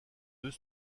deux